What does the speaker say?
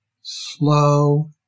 Slow